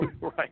Right